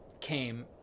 came